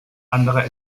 anderer